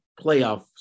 playoffs